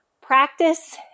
practice